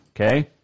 okay